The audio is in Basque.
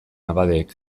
abadeek